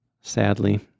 sadly